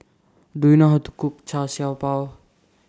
Do YOU know How to Cook Char Siew Bao